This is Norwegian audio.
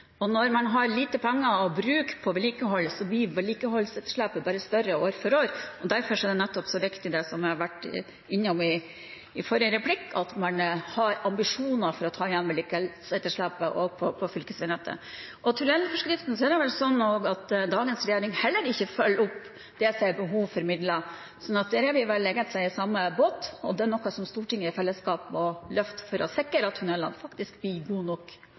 Når man har lite penger å bruke på vedlikehold, blir vedlikeholdsetterslepet bare større år for år, og nettopp derfor er det så viktig, det jeg var inne på i forrige replikk: at man har ambisjoner for å ta igjen vedlikeholdsetterslepet, også på fylkesveinettet. Når det gjelder tunnelforskriften, er det vel sånn at også dagens regjering heller ikke følger opp det som er behovet for midler. Så der er vi vel egentlig i samme båt, og det er noe Stortinget i fellesskap må løfte for å sikre at tunnelene faktisk får god nok